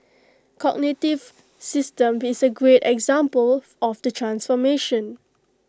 cognitive systems is A great example of the transformation